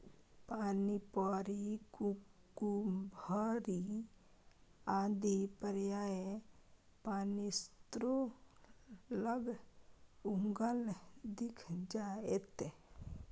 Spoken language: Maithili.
पानिपरी कुकुम्भी आदि प्रायः पानिस्रोत लग उगल दिख जाएत